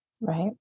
Right